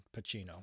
Pacino